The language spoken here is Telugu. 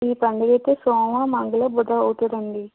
ఈ పండుగ అయితే సోమ మంగళ బుధ అవుతుందండి